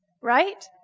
right